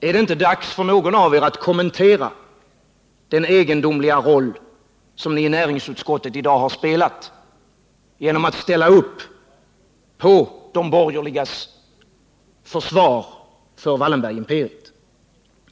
Är det inte dags för någon av er att kommentera den egendomliga roll som ni i näringsutskottet har spelat genom att ställa upp bakom de borgerligas försvar för Wallenbergimperiet?